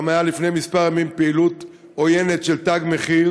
הייתה שם לפני ימים מספר פעילות עוינת של "תג מחיר".